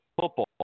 football